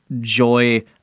joy